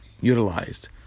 utilized